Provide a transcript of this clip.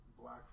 black